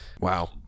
Wow